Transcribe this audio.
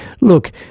look